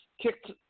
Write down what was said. kicked